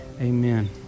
amen